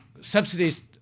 subsidies